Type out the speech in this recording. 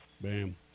Bam